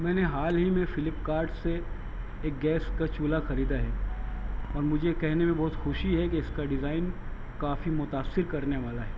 میں نے حال ہی میں فلپ کارٹ سے ایک گیس کا چولہا خریدا ہے اور مجھے کہنے میں بہت خوشی ہے کہ اس کا ڈیزائن کافی متاثر کرنے والا ہے